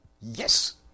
yes